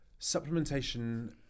supplementation